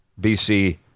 BC